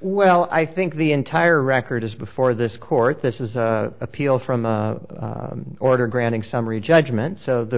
well i think the entire record is before this court this is appeal from order granting summary judgment so the